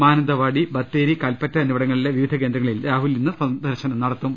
Mananthavady Bathery Kalpetta എന്നിവിടങ്ങളിലെ വിവിധ കേന്ദ്രങ്ങളിൽ രാഹുൽ ഇന്ന് സന്ദർശനം നടത്തും